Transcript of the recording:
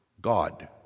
God